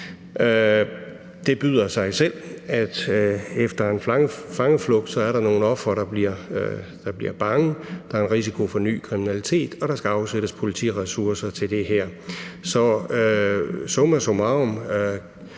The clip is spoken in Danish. Det siger sig selv, at efter en fangeflugt er der nogle ofre, der bliver bange; der er en risiko for ny kriminalitet; og der skal afsættes politiressourcer til det her. Så summa summarum